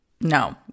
No